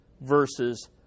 versus